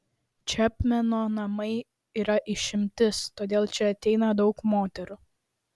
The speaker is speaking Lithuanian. čepmeno namai yra išimtis todėl čia ateina daug moterų